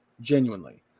genuinely